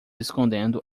escondendo